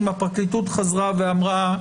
הפרקליטות חזרה ואמרה: